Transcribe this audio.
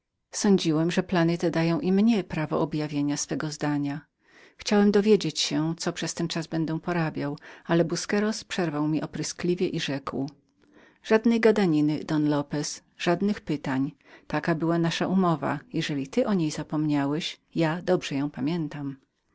sądziłem że plany te także nadawały mi prawo objawienia mego zdania i dowiedzenia się co przez ten czas będę porabiał ale busqueros powstał na mnie opryskliwie i rzekł żadnej gadaniny don lopez żadnego zapytania te są nasze warunki jeżeli ty o nich zapomniałeś ja dobrze je pamiętam